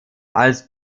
als